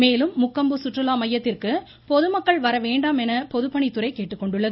மேலும் முக்கொம்பு சுற்றுலா மையத்திற்கு பொதுமக்கள் வரவேண்டாம் என பொதுப்பணித்துறை கேட்டுக்கொண்டுள்ளது